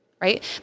right